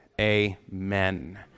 Amen